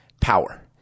power